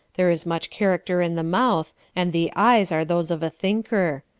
there is much character in the mouth, and the eyes are those of a thinker.